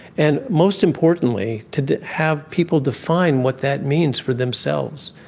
and most importantly, to have people define what that means for themselves,